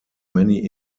many